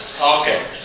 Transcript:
Okay